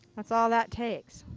that's all that takes.